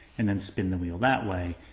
and then spin the wheel that way.